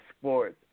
sports